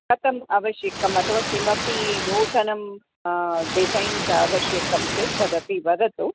कथम् आवश्यकम् अथवा किमपि नूतनं डिसैन्स् आवश्यकं चेत् तदपि वदतु